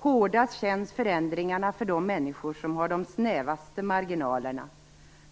Hårdast känns förändringarna för de människor som har de snävaste marginalerna,